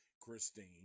Christine